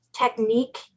technique